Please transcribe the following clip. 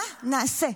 מה נעשה?